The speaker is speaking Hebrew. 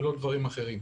ולא דברים אחרים.